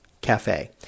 cafe